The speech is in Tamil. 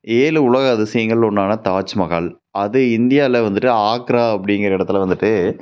ஏழு உலக அதிசயங்கள் ஒன்றான தாஜ்மஹால் அது இந்தியாவில வந்துவிட்டு ஆக்ரா அப்படிங்குற இடத்துல வந்துவிட்டு